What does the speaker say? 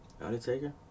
Undertaker